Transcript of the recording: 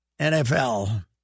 NFL